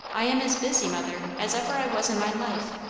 i am as busy, mother, as ever i was in my life.